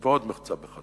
ועוד מחצב אחד.